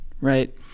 right